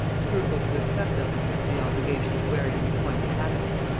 scrupled to accept of them under the obligation of wearing the appointed habits.